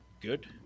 good